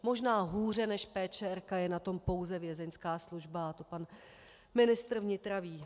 Možná hůře než PČR je na tom pouze vězeňská služba a to pan ministr vnitra ví.